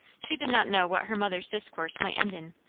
she did not know what her mother's discourse might end in,